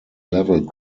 level